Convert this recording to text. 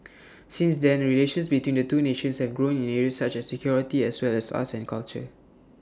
since then relations between the two nations have grown in areas such as security as well as arts and culture